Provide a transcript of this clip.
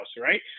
Right